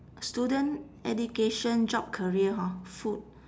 student education job career hor food